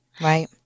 Right